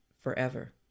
forever